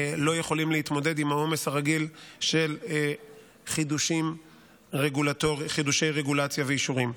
לא יכולים להתמודד עם העומס הרגיל של חידושי רגולציה ואישורים.